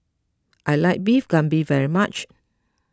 I like Beef Galbi very much